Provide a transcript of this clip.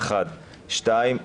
דבר שני,